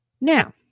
Now